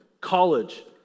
college